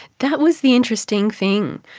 that was the interesting thing.